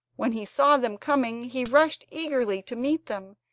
when he saw them coming he rushed eagerly to meet them,